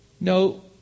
No